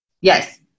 Yes